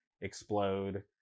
explode